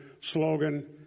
slogan